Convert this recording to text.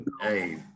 Hey